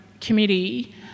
committee